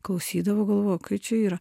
klausydavau galvoju o kai čia yra